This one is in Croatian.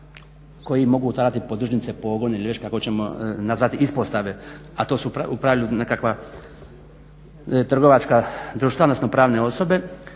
koji mogu otvarati podružnice, pogon ili već kako ćemo nazvati ispostave, a to su u pravilu nekakva trgovačka društva odnosno pravne osobe,